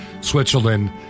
Switzerland